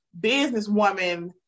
businesswoman